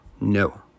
No